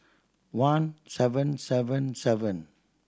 one seven seven seven